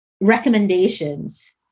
recommendations